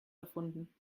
erfunden